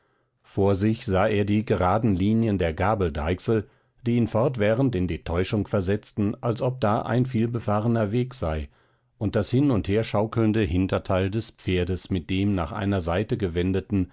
vor sich sah er die geraden linien der gabeldeichsel die ihn fortwährend in die täuschung versetzten als ob da ein vielbefahrener weg sei und das hin und her schaukelnde hinterteil des pferdes mit dem nach einer seite gewendeten